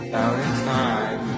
Valentine